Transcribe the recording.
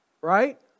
Right